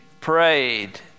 prayed